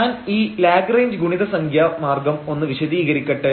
ഞാൻ ഈ ലാഗ്റേഞ്ച് ഗുണിത സംഖ്യ മാർഗ്ഗം ഒന്ന് വിശദീകരിക്കട്ടെ